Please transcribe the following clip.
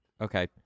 Okay